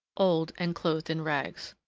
old, and clothed in rags.